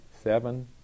seven